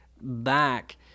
back